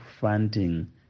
funding